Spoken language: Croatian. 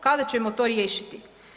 Kada ćemo to riješiti?